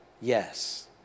yes